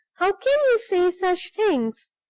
how can you say such things!